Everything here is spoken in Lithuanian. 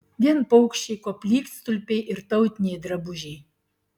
vien paukščiai koplytstulpiai ir tautiniai drabužiai